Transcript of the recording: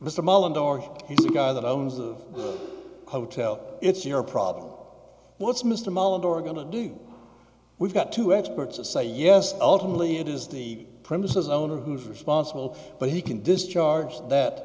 the guy that owns the hotel it's your problem what's mr mollett or going to do we've got two experts to say yes ultimately it is the premises owner who's responsible but he can discharge that